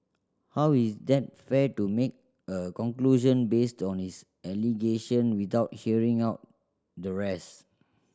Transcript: how is that fair to make a conclusion based on his allegation without hearing out the rest